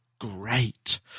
great